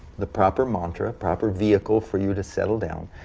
the proper mantra, proper vehicle for you to settle down,